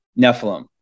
Nephilim